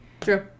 True